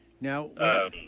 Now